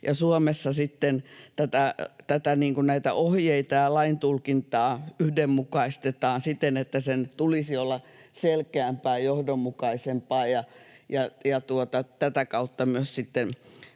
näitä ohjeita ja laintulkintaa yhdenmukaistetaan siten, että niiden tulisi olla selkeämpiä ja johdonmukaisempia ja tätä kautta myös